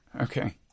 Okay